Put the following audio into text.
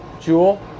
Jewel